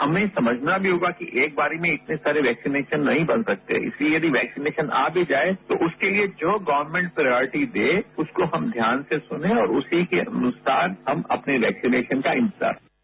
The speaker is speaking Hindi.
हमें समझना भी होगा कि एक बार में इतने वैक्सीनेशन नहीं बन सकते इस लिए वैक्सीनेशन आ भी जाये तो उसके लिए जो गर्वमेंट प्रॉयटी दे उसको ध्यान से सुनें और उसी के अनुसार हम अपने वैक्सीनेशन का इंतजार करें